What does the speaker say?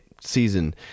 season